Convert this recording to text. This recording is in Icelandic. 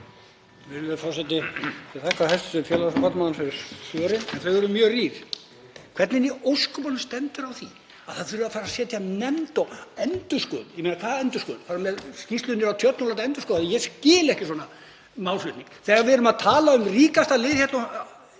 Þegar við erum að tala um ríkasta liðið í